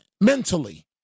mentally